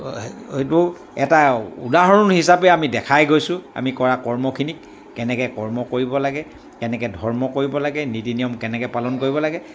সেইটো এটা উদাহৰণ হিচাপে আমি দেখাই গৈছোঁ আমি কৰা কৰ্মখিনিক কেনেকৈ কৰ্ম কৰিব লাগে কেনেকৈ ধৰ্ম কৰিব লাগে নীতি নিয়ম কেনেকৈ পালন কৰিব লাগে